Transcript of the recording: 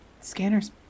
scanner's